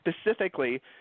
specifically